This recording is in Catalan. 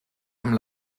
amb